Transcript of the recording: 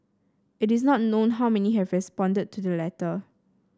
it is not known how many have responded to the letter